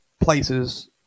places